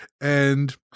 And-